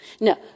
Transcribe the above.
no